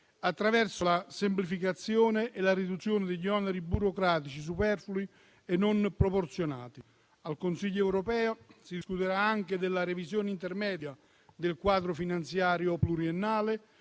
attraverso la semplificazione e la riduzione degli oneri burocratici superflui e non proporzionati. Al Consiglio europeo si discuterà anche della revisione intermedia del quadro finanziario pluriennale,